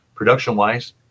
production-wise